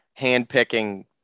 handpicking